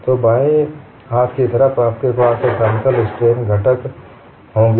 तो बाएं हाथ की तरफ आपके पास समतल स्ट्रेन घटक होंगे